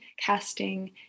casting